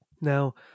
now